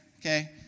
Okay